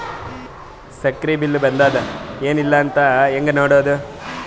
ಸಕ್ರಿ ಬಿಲ್ ಬಂದಾದ ಏನ್ ಇಲ್ಲ ಅಂತ ಹೆಂಗ್ ನೋಡುದು?